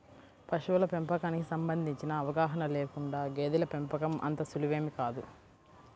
పశువుల పెంపకానికి సంబంధించిన అవగాహన లేకుండా గేదెల పెంపకం అంత సులువేమీ కాదు